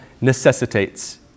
necessitates